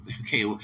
okay